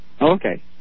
Okay